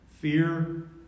Fear